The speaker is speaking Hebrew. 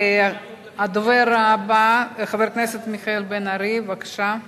הדובר הבא, חבר הכנסת בן-ארי, בבקשה,